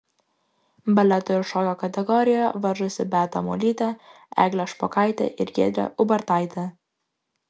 baleto ir šokio kategorijoje varžosi beata molytė eglė špokaitė ir giedrė ubartaitė